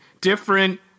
different